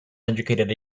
educated